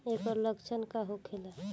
ऐकर लक्षण का होखेला?